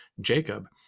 Jacob